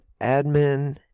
admin